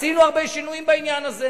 עשינו הרבה שינויים בעניין הזה.